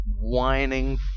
whining